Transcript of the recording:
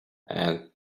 and